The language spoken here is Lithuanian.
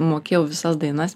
mokėjau visas dainas